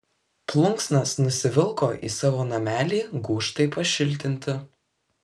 plunksnas nusivilko į savo namelį gūžtai pašiltinti